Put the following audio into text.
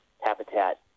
habitat